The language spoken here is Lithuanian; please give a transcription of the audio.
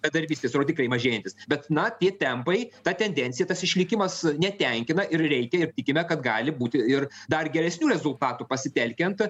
bedarbystės rodikliai mažėjantis bet na tie tempai ta tendencija tas išlikimas netenkina ir reikia ir tikime kad gali būti ir dar geresnių rezultatų pasitelkiant